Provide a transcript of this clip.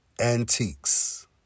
Antiques